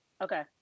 Okay